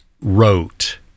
wrote